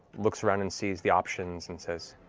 looks around and sees the options and says,